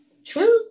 True